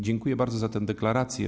Dziękuję bardzo za tę deklarację.